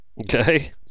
Okay